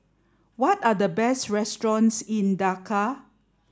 what are the best restaurants in Dakar